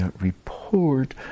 report